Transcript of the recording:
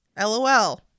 LOL